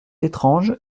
étrange